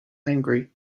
angry